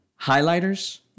Highlighters